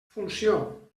funció